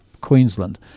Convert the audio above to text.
Queensland